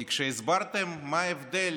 כי כשהסברתם מה ההבדל